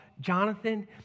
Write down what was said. Jonathan